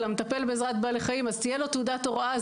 למשל מטפל בעזרת בעלי חיים שיש לו תעודת הוראה,